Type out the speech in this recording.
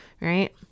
right